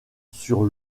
sur